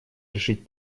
решить